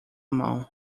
mão